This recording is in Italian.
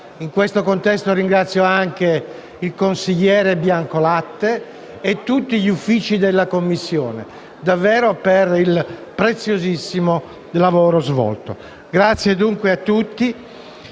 In questo contesto ringrazio anche il consigliere Biancolatte e tutto l'Ufficio della Commissione per il preziosissimo lavoro svolto. Grazie dunque a tutti;